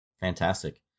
Fantastic